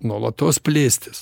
nuolatos plėstis